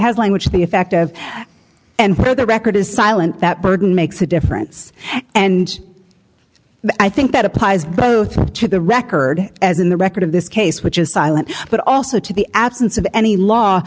has language the effective and for the record is silent that burden makes a difference and i think that applies both to the record as in the record of this case which is silent but also to the absence of any law